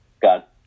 got